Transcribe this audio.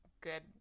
good